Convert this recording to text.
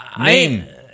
Name